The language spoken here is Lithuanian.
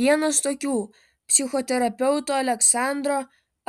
vienas tokių psichoterapeuto aleksandro